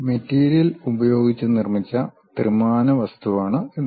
material ഉപയോഗിച്ച് നിർമ്മിച്ച ത്രിമാന വസ്തുവാണ് ഇത്